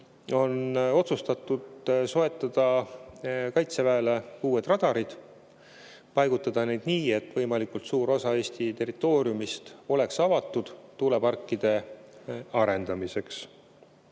on otsustatud soetada Kaitseväele uued radarid ja paigutada need nii, et võimalikult suur osa Eesti territooriumist oleks tuuleparkide arendamiseks